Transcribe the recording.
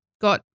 got